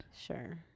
Sure